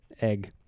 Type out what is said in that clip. egg